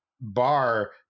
bar